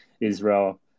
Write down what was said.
Israel